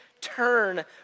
turn